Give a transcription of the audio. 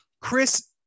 Chris